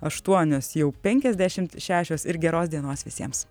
aštuonios jau penkiasdešimt šešios ir geros dienos visiems